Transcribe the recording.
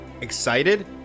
excited